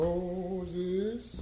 Moses